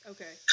Okay